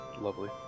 lovely